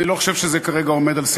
אני לא חושב שזה כרגע על סדר-היום.